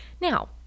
Now